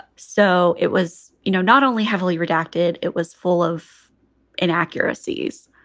so it was, you know, not only heavily redacted, it was full of inaccuracies.